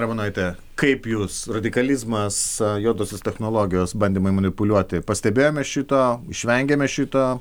ramonaite kaip jūs radikalizmas juodosios technologijos bandymai manipuliuoti pastebėjome šito išvengiame šito